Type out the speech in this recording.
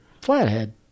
Flathead